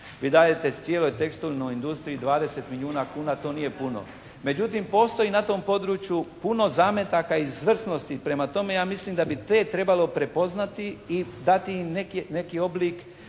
Vi dajete cijeloj tekstilnoj industriji 20 milijuna kuna. To nije puno. Međutim postoji na tom području puno zametaka izvrsnosti. Prema tome ja mislim da bi te trebalo prepoznati i dati im neki oblik